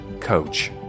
coach